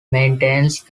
maintenance